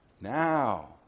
now